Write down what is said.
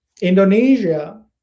Indonesia